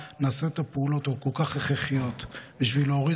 נעשה את הפעולות הכל-כך הכרחיות בשביל להוריד